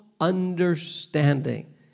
understanding